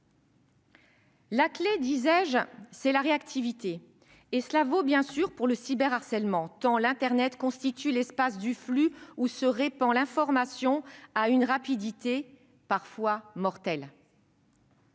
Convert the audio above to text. La clé, disais-je, c'est la réactivité, et cela vaut bien sûr pour le cyberharcèlement, tant l'internet constitue l'espace des flux où se répand l'information à une rapidité parfois mortelle.